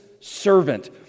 servant